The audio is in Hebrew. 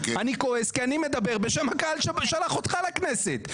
אני כועס כי אני מדבר בשם הקהל ששלח אותך לכנסת.